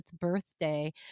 birthday